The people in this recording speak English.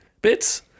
bits